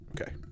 Okay